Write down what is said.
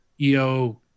EO